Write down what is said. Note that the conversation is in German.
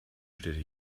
städte